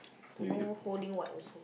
don't know holding what also